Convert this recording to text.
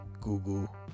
google